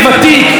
יריב ראוי,